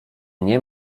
nie